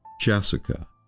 Jessica